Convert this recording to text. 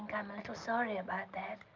and like ah sorry about that.